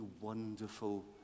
wonderful